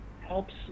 helps